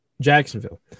Jacksonville